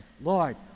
Lord